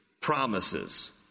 promises